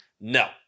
no